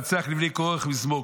"למנצח לבני קרח מזמור.